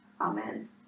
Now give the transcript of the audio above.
Amen